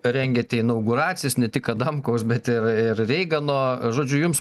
rengiate inauguracijas ne tik adamkaus bet ir ir reigano žodžiu jums